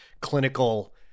clinical